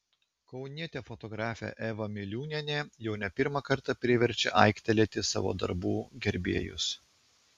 kaunietė fotografė eva miliūnienė jau ne pirmą kartą priverčia aiktelėti savo darbų gerbėjus